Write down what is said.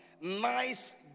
nice